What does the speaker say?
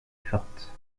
forte